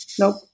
Nope